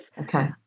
Okay